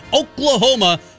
Oklahoma